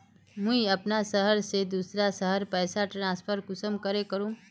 मुई अपना शहर से दूसरा शहर पैसा ट्रांसफर कुंसम करे करूम?